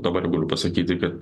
dabar pasakyti kad